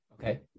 Okay